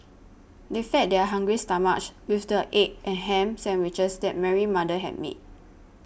they fed their hungry stomachs with the egg and ham sandwiches that Mary's mother had made